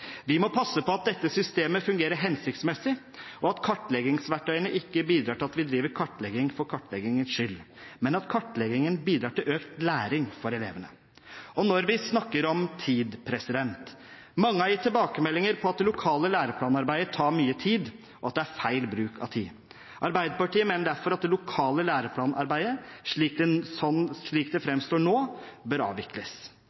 Vi må passe på at dette systemet fungerer hensiktsmessig, og at kartleggingsverktøyene ikke bidrar til at vi driver kartlegging for kartleggingens skyld, men at kartleggingen bidrar til økt læring for elevene. Og når vi snakker om tid: Mange har gitt tilbakemeldinger om at det lokale læreplanarbeidet tar mye tid, og at det er feil bruk av tid. Arbeiderpartiet mener derfor at det lokale læreplanarbeidet slik